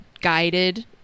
guided